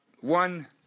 one